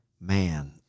man